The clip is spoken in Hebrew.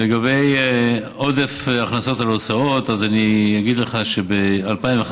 לגבי עודף הכנסות על הוצאות, אני אגיד לך שב-2015